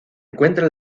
encuentra